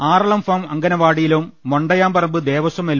ആറളംഫാം അംഗനവാടിയിലും മൊണ്ടയാം പറമ്പ് ദേവസ്വം എൽ